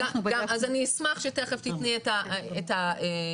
אני אשמח שתיכף תיתני את הנתונים.